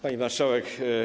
Pani Marszałek!